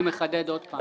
אני מחדד עוד פעם.